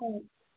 ꯍꯣꯏ